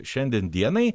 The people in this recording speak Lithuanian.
šiandien dienai